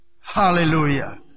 Hallelujah